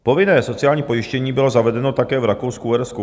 Povinné sociální pojištění bylo zavedeno také v RakouskuUhersku.